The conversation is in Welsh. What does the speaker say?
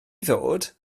ddod